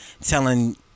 telling